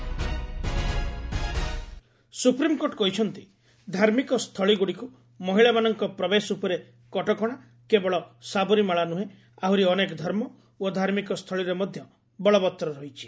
SC Sabarimala supreme court କହିଛନ୍ତି ଧାର୍ମିକ ସ୍ଥଳୀଗୁଡ଼ିକୁ ମହିଳାମାନଙ୍କ ପ୍ରବେଶ ଉପରେ କଟକଣା କେବଳ ସାବରୀମାଳା ନୁହେଁ ଆହୁରି ଅନେକ ଧର୍ମ ଓ ଧାର୍ମିକସ୍ଥଳୀରେ ମଧ୍ୟ ବଳବତ୍ତର ରହିଛି